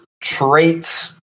traits